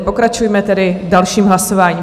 Pokračujme tedy dalším hlasováním.